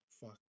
fuck